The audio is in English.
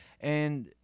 and-